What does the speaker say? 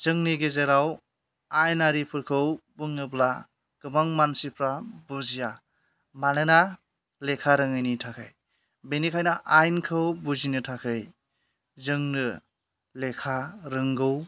जोंनि गेजेराव आइनारिफोरखौ बुङोब्ला गोबां मानसिफ्रा बुजिया मानोना लेखा रोङिनि थाखाय बेनिखाइनो आइनखौ बुजिनो थाखाय जोंनो लेखा रोंगौ